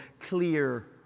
clear